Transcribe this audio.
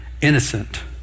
Innocent